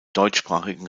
deutschsprachigen